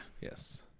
yes